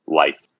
life